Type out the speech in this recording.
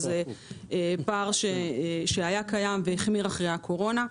זה פער שהיה קיים והחמיר אחרי הקורונה.